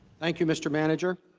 thank you mr. manager